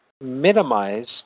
minimize